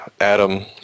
Adam